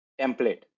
template